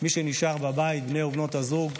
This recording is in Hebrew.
למי שנשאר בבית, לבני ובנות הזוג,